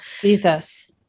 Jesus